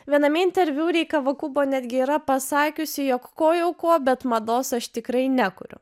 viename interviu rei kavakubo netgi yra pasakiusi jog ko jau ko bet mados aš tikrai nekuriu